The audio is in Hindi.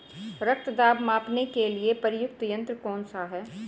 रक्त दाब मापने के लिए प्रयुक्त यंत्र कौन सा है?